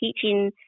teaching